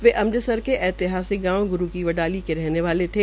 वे अमृतसर से के ऐतिहासिक गांव ग्रू की बड़ाली के रहने वाले थे